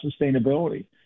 sustainability